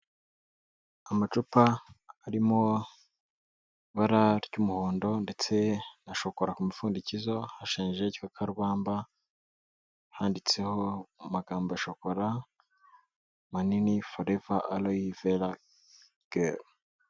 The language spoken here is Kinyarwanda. Amacupa arimo ibara ry'umuhondo ndetse na shokora ku mupfundikizo, hashushanyijeho ikikarwamba, handitseho amagambo shokora manini foreva aroye wera geri.